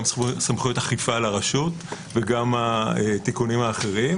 גם סמכויות אכיפה על הרשות וגם התיקונים האחרים.